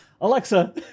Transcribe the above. Alexa